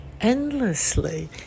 endlessly